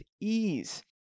ease